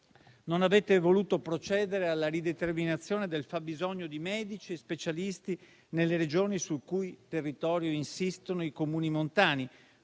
non avete voluto procedere alla rideterminazione del fabbisogno di medici e specialisti nelle Regioni sul cui territorio insistono i Comuni montani,